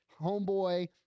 homeboy—